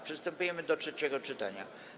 Przystępujemy do trzeciego czytania.